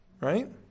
right